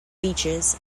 beaches